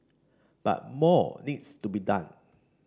but more needs to be done